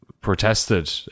protested